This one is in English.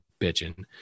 bitching